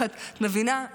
את מבינה?